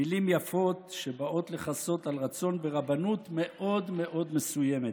מילים יפות שבאות לכסות על רצון ברבנות מאוד מאוד מסוימת.